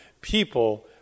people